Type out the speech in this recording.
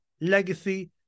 legacy